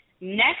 next